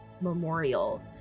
memorial